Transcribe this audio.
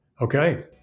okay